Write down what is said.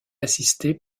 assisté